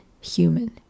human